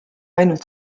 ainult